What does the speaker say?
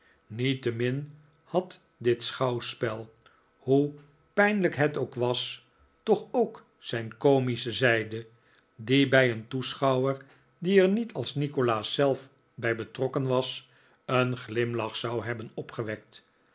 niettemin had dit schouwspel hoe pijnlijk het ook was toch ook zijn komische zijde die bij een toeschouwer die er niet als nikolaas zelf bij betrokken was een glimlach zou hebben opgewekt